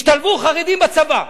השתלבו חרדים בצבא.